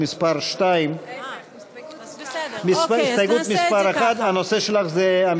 את 1. זה לא מה שרשום לנו,